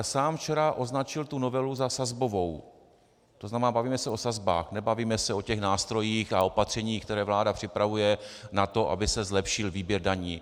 Sám včera označil tu novelu za sazbovou, to znamená bavíme se o sazbách, nebavíme se o těch nástrojích a opatřeních, které vláda připravuje na to, aby se zlepšil výběr daní.